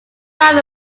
fan